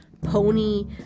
pony